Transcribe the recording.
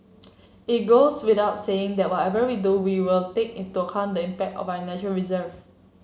it goes without saying that whatever we do we will take into account the impact on our nature reserve